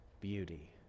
beauty